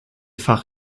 fach